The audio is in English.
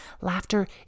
Laughter